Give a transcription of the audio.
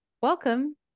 Welcome